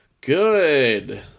Good